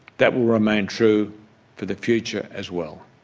that will remain true for the future as well.